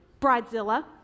Bridezilla